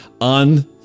on